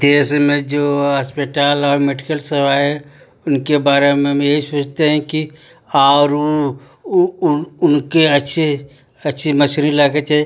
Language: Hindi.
देश में जो हास्पिटल और मेडिकल सेवा है उनके बारे में हम यही सोचते हैं कि और ऊ उनके अच्छे अच्छी मशीने लागे चाही